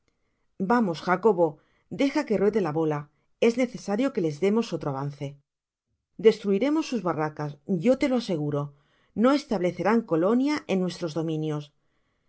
vamos jacobo deja que ruedo la bola es necesario que les demos otro avance destruiremos sus barracas yo te lo aseguro no establecerán colonia en nuesiros dominios